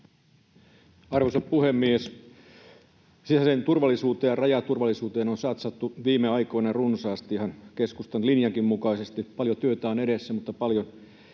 Arvoisa puhemies! Sisäiseen turvallisuuteen ja rajaturvallisuuteen on satsattu viime aikoina runsaasti, ihan keskustan linjankin mukaisesti. Paljon työtä on edessä, mutta paljon